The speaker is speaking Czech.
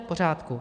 V pořádku.